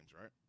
right